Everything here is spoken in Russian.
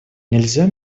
нельзя